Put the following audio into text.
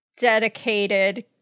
dedicated